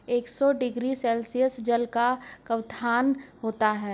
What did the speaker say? एक सौ degree Celsius जल का क्वथनांक होता है